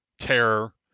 terror